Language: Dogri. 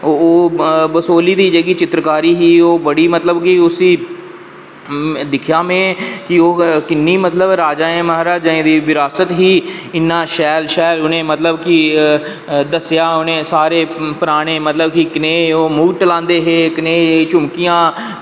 ओह् जेह्की बसोहली दी चित्रकारी ही ओह् बड़ी मतलब कि उसी दिक्खेआ में कि ओह् किन्नी राजें महाराजें दी विरासत ही इन्ना शैल शैल उनें मतलब कि दस्सेआ उ' नें सारें परानें कि कनेह् ओह् मुकुट लांदे हे ते कनेह् एह् झुमकियां